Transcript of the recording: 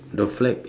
the flag